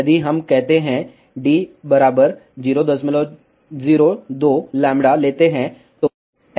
यदि हम कहते हैं d 002λ लेते हैं तो l 046λ